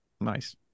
Nice